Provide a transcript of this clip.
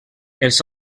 els